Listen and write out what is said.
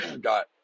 got